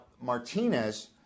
Martinez